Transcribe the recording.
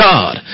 God